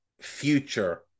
future